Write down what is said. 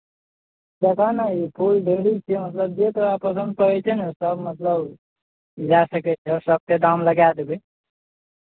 देखह ने ई फूल ढेरी छै मतलब जे तोरा पसन्द पड़ै छै ने सभ मतलब लए सकै छह सभके दाम लगाए देबै